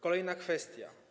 Kolejna kwestia.